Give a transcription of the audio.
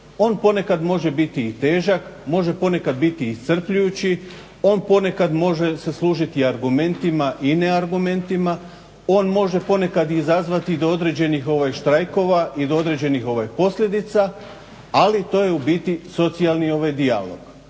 On ponekad može biti i težak, može ponekad biti i iscrpljujući, on ponekad može se služiti argumentima i neargumentima, on može ponekad izazvati do određenih štrajkova i do određenih posljedica ali to je u biti socijalni dijalog.